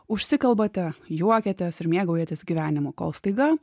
užsikalbate juokiatės ir mėgaujatės gyvenimu kol staiga